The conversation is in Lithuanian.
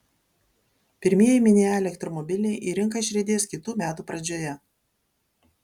pirmieji mini e elektromobiliai į rinką išriedės kitų metų pradžioje